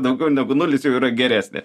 daugiau negu nulis jau yra geresnė